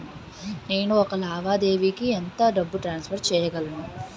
నేను ఒక లావాదేవీకి ఎంత డబ్బు ట్రాన్సఫర్ చేయగలను?